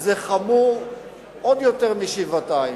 זה חמור עוד יותר משבעתיים,